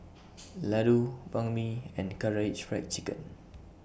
Ladoo Banh MI and Karaage Fried Chicken